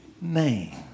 name